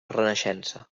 renaixença